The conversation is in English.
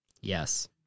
yes